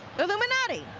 illuminati.